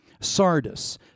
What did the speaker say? Sardis